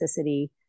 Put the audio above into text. toxicity